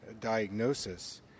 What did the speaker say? diagnosis